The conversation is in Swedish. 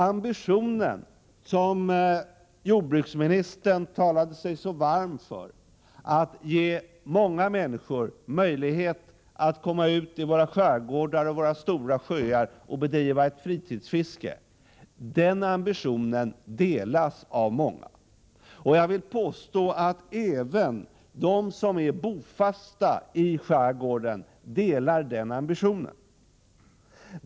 Ambitionen att ge många människor möjlighet att komma ut i våra skärgårdar och till våra stora sjöar och bedriva ett fritidsfiske — som jordbruksministern har talat sig så varm för — delas av många. Jag vill påstå att även de som är bofasta i skärgården delar den ambitionen.